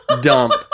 dump